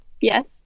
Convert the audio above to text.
yes